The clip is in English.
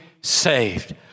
saved